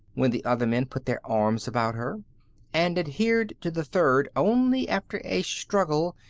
when the other men put their arms about her and adhered to the third only after a struggle,